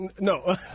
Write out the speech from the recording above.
no